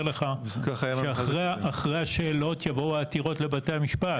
לך שאחרי השאלות יבואו העתירות לבתי המשפט.